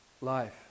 life